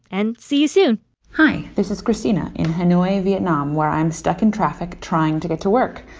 and see you soon hi, this is christina in hanoi, vietnam, where i'm stuck in traffic trying to get to work.